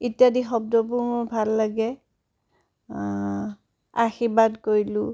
ইত্যাদি শব্দবোৰ মোৰ ভাল লাগে আশীৰ্বাদ কৰিলোঁ